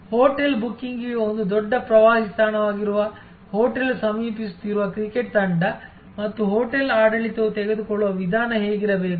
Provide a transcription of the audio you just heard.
hotel ಬುಕಿಂಗ್ಗೆ ಒಂದು ದೊಡ್ಡ ಪ್ರವಾಸಿ ತಾಣವಾಗಿರುವ ಹೋಟೆಲ್ ಸಮೀಪಿಸುತ್ತಿರುವ ಕ್ರಿಕೆಟ್ ತಂಡ ಮತ್ತು ಹೋಟೆಲ್ ಆಡಳಿತವು ತೆಗೆದುಕೊಳ್ಳುವ ವಿಧಾನ ಹೇಗಿರಬೇಕು